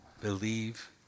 Believe